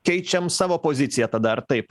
keičiam savo poziciją tada ar taip